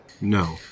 No